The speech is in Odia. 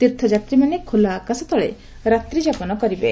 ତୀର୍ଥଯାତ୍ରୀମାନେ ଖୋଲା ଆକାଶ ତଳେ ରାତ୍ରୀ ଯାପନ କରିବେ